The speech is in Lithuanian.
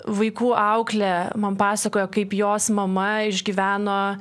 vaikų auklė man pasakojo kaip jos mama išgyveno